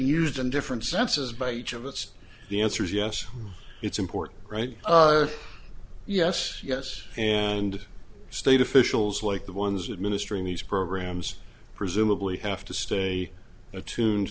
used in different senses by each of us the answer is yes it's important right yes yes and state officials like the ones administering these programs presumably have to stay attuned